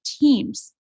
teams